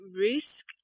risk